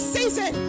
Season